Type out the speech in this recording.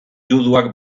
juduak